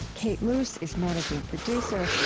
kate moos is managing producer.